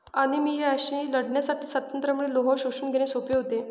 अनिमियाशी लढण्यासाठी संत्र्यामुळे लोह शोषून घेणे सोपे होते